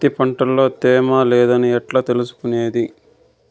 నా పత్తి పంట లో తేమ లేదని ఎట్లా తెలుసుకునేది?